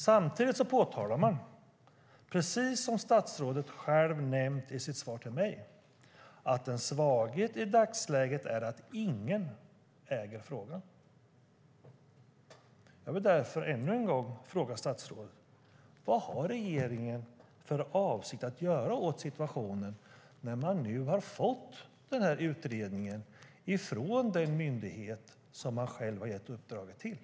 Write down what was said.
Samtidigt påtalar man, precis som statsrådet säger i sitt svar till mig, att en svaghet i dagsläget är att ingen äger frågan. Jag vill därför ännu en gång fråga statsrådet: Vad avser regeringen göra åt situationen när man fått utredningen från den myndighet som regeringen själv gett uppdraget till?